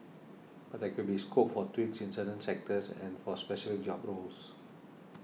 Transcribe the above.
but there could be scope for tweaks in certain sectors and for specific job roles